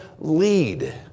lead